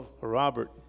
Robert